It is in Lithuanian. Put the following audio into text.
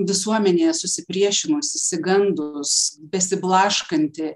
visuomenė susipriešinus išsigandus besiblaškanti